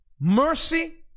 mercy